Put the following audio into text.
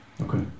Okay